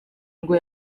ngo